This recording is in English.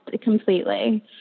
completely